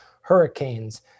hurricanes